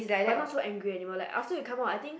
but not so angry anymore like after you come out I think